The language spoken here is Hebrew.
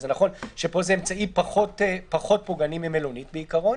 וזה נכון שפה זה אמצעי פחות פוגעני ממלונית בעיקרון,